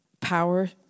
power